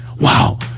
wow